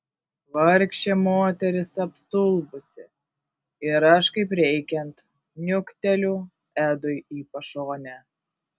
vargšė moteris apstulbusi ir aš kaip reikiant niukteliu edui į pašonę